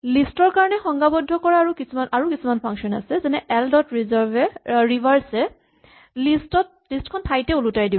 list ৰ কাৰণে সংজ্ঞাবদ্ধ কৰা আৰু কিছুমান ফাংচন আছে যেনে এল ডট ৰিভাৰ্ছ এ লিষ্ট খন ঠাইতে ওলোটাই দিব